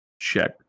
Check